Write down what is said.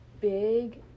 big